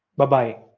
bye-bye!